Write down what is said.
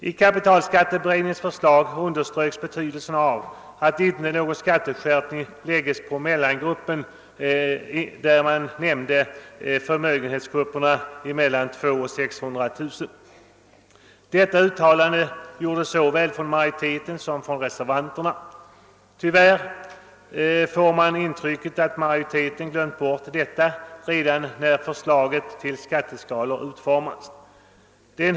I kapitalskatteberedningens förslag underströks betydelsen av att icke några skatteskärpningar lägges på mellangruppen, d.v.s. förmögenheter mellan 200 000 och 600 000 kr. Detta uttalande gjordes såväl av utskottsmajoriteten som av reservanterna. Tyvärr får man intrycket att majoriteten hade glömt bort detta redan när förslaget till skatteskalor utformades.